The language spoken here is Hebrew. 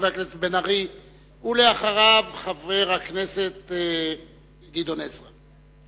חבר הכנסת בן-ארי, ואחריו, חבר הכנסת גדעון עזרא.